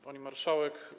Pani Marszałek!